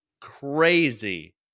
crazy